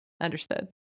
understood